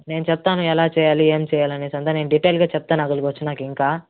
నేను చెప్తాను ఎలా చెయ్యాలి ఏం చేయాలనేసి అంతా నేను డీటెయిల్గా చెప్తాను అక్కడికి వచ్చినాక ఇంకా